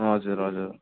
हजुर हजुर